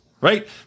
Right